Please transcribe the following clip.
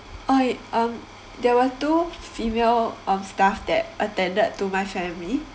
uh um there were two female of staff that attended to my family